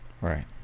Right